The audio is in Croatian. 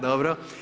Dobro.